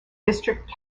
district